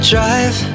Drive